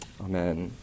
Amen